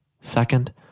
Second